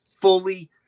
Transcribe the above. fully